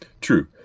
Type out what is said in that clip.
true